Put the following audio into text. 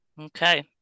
okay